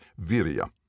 Viria